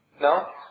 No